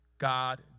God